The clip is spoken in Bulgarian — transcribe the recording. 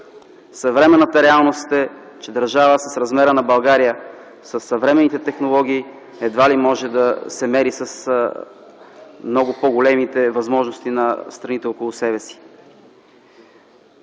Съвременната реалност е, че държава с размера на България със съвременните технологии едва ли може да се мери с много по-големите възможности на страните около себе си.